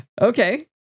Okay